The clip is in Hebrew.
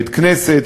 בית-כנסת,